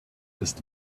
ist